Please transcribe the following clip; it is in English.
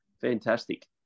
Fantastic